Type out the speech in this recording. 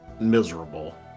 miserable